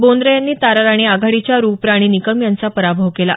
बोंद्रे यांनी ताराराणी आघाडीच्या रुपराणी निकम यांचा पराभव केला